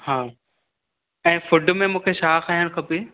हा ऐं फूड में मूंखे छा खाइणु खपे